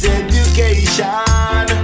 education